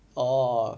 orh